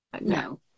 No